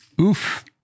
Oof